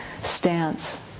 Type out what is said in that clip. stance